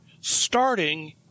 starting